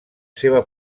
seva